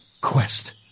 quest